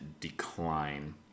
decline